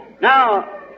Now